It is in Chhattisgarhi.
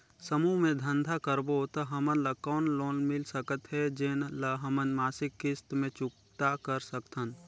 समूह मे धंधा करबो त हमन ल कौन लोन मिल सकत हे, जेन ल हमन मासिक किस्त मे चुकता कर सकथन?